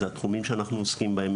זה התחומים שאנחנו עוסקים בהם,